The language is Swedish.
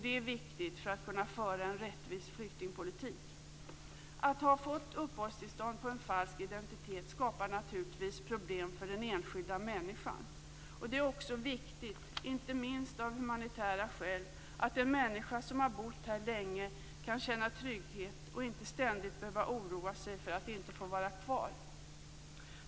Det är viktigt för att kunna föra en rättvis flyktingpolitik. Att ha fått uppehållstillstånd på en falsk identitet skapar naturligtvis problem för den enskilda människan. Det är också viktigt inte minst av humanitära skäl att en människa som bott här länge kan känna trygghet och inte ständigt behöver oroa sig för att inte få vara kvar.